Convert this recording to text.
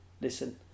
listen